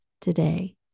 today